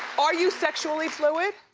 are you sexually fluid?